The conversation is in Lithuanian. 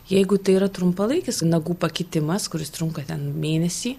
jeigu tai yra trumpalaikis nagų pakitimas kuris trunka ten mėnesį